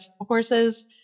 horses